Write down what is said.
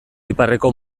iparreko